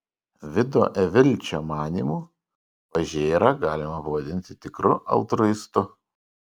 vido evilčio manymu pažėrą galima pavadinti tikru altruistu